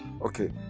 okay